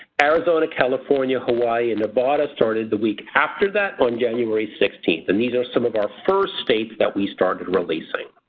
arizona, california, hawaii and nevada started the week after that on january sixteenth. and these are some of our first states that we started releasing.